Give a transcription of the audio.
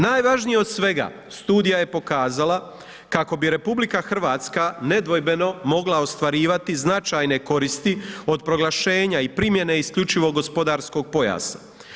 Najvažniji od svega studija je pokazala kako bi Republika Hrvatska nedvojbeno mogla ostvarivati značajne koristi od proglašenja i primjene isključivog gospodarskog pojasa.